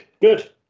Good